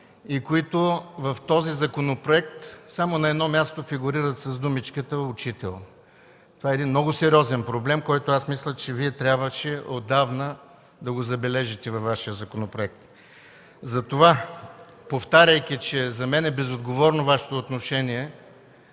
и които в този законопроект само на едно място фигурират с думичката „учител”. Това е много сериозен проблем, който мисля, че Вие трябваше отдавна да забележите във Вашия законопроект. Повтаряйки, че за мен е безотговорно Вашето отношение